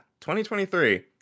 2023